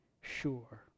sure